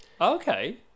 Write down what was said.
Okay